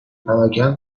پراکن